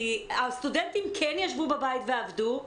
כי הסטודנטים כן ישבו בבית ועבדו,